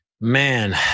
Man